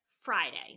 Friday